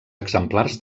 exemplars